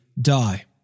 die